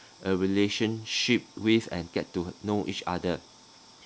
a relationship with and get to know each other